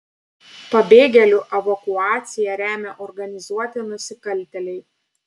pabėgėlių evakuaciją remia organizuoti nusikaltėliai